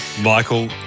Michael